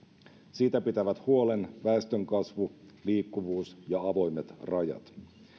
siitä pitävät huolen väestönkasvu liikkuvuus ja avoimet rajat